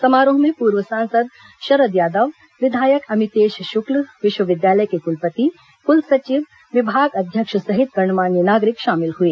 समारोह में पूर्व सांसद शरद यादव विधायक अमितेश शुक्ल विश्वविद्यालय के कुलपति कुलसचिव विभागाध्यक्ष सहित गणमान्य नागरिक शामिल हुए